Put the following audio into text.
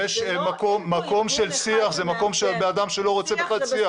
יש מקום של שיח, זה בן אדם שלא רוצה בכלל שיח.